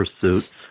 pursuits